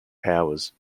powers